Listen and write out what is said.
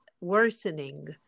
worsening